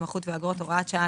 התמחות ואגרות)(הוראת שעה),